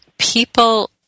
People